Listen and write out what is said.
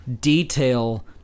detail